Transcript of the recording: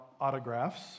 autographs